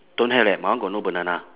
don't have eh my one got no banana